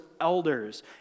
elders